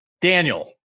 Daniel